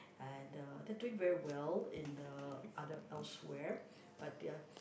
like the they're doing it very well in the other elsewhere but their